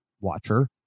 watcher